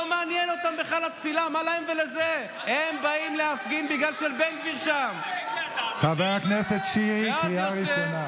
השר איתמר בן גביר מגיע להתפלל.